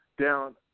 down